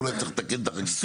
ואולי צרי לתקן את החקיקה הזאת.